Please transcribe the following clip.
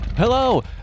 hello